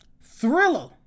Thriller